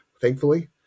thankfully